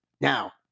now